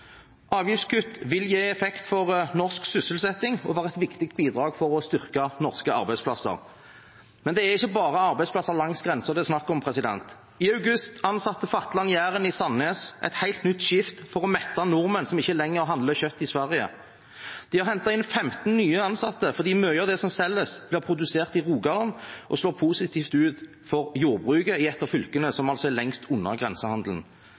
Avgiftskutt vil gi effekt for norsk sysselsetting og være et viktig bidrag for å styrke norske arbeidsplasser. Men det er ikke bare arbeidsplasser langs grensen det er snakk om. I august ansatte Fatland Jæren i Sandnes et helt nytt skift for å mette nordmenn som ikke lenger handler kjøtt i Sverige. De har hentet inn 15 nye ansatte, fordi mye av det som selges, blir produsert i Rogaland, noe som slår positivt ut for jordbruket i et av de fylkene som er lengst unna grensehandelen.